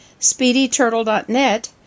SpeedyTurtle.net